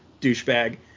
douchebag